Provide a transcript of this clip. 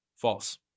False